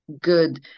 good